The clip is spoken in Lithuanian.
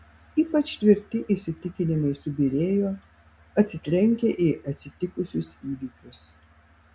ypač tvirti įsitikinimai subyrėjo atsitrenkę į atsitikusius įvykius